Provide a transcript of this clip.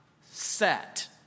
set